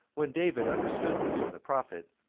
when david understood this from the prophet,